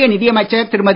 மத்திய நிதியமைச்சர் திருமதி